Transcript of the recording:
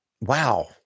Wow